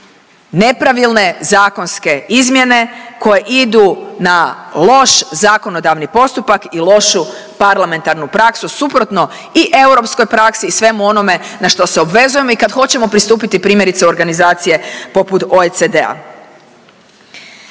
nepravilne zakonske izmjene koje idu na loš zakonodavni postupak i lošu parlamentarnu praksu suprotno i europskoj praksi i svemu onome na što se obvezujemo i kad hoćemo pristupiti primjerice u organizacije poput OECD-a.